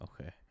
Okay